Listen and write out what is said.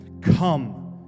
come